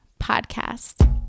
podcast